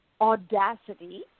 audacity